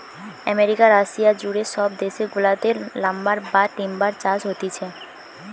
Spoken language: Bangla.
আমেরিকা, রাশিয়া জুড়ে সব দেশ গুলাতে লাম্বার বা টিম্বার চাষ হতিছে